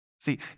See